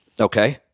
Okay